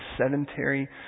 sedentary